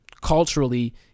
Culturally